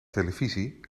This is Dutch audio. televisie